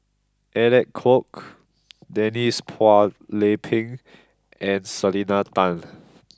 Alec Kuok Denise Phua Lay Peng and Selena Tan